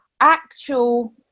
actual